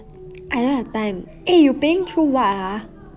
I don't have time eh you paying through what ah